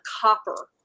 copper